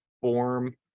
form